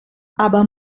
aber